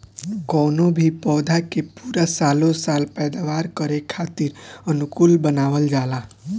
कवनो भी पौधा के पूरा सालो साल पैदावार करे खातीर अनुकूल बनावल जाला